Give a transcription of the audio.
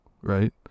right